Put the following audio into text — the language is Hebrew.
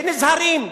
ונזהרים.